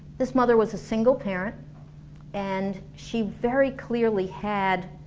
this mother was a single parent and she very clearly had